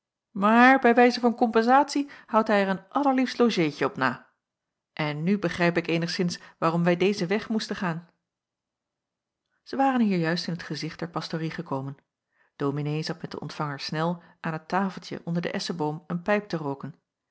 maar bij wijze van kompensatie houdt hij er een allerliefst logeetje op na en nu begrijp ik eenigszins waarom wij dezen weg moesten gaan zij waren hier juist in t gezicht der pastorie gekomen dominee zat met den ontvanger snel aan het tafeltje onder den esscheboom een pijp te rooken